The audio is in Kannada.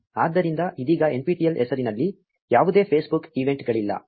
ಆದ್ದರಿಂದ ಇದೀಗ nptel ಹೆಸರಿನಲ್ಲಿ ಯಾವುದೇ Facebook ಈವೆಂಟ್ಗಳಿಲ್ಲ